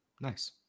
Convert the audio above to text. Nice